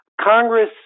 Congress